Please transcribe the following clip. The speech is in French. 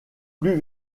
plus